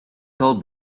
toll